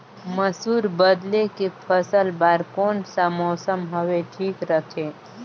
मसुर बदले के फसल बार कोन सा मौसम हवे ठीक रथे?